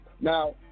Now